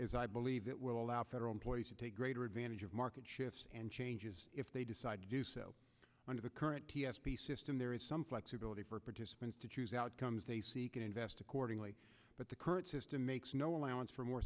as i believe it will allow federal employees to take greater advantage of market shifts and changes if they decide to do so under the current t s p system there is some flexibility for participants to choose outcomes they seek investor cordingley but the current system makes no allowance for more